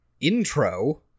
intro